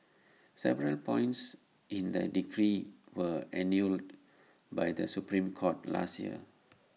several points in the decree were annulled by the Supreme court last year